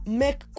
make